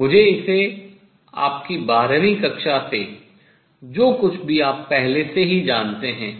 मुझे इसे आपकी बारहवीं कक्षा से जो कुछ भी आप पहले से जानते हैं